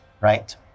right